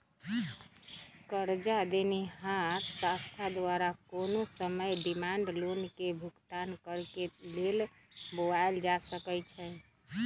करजा देनिहार संस्था द्वारा कोनो समय डिमांड लोन के भुगतान करेक लेल बोलायल जा सकइ छइ